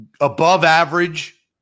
above-average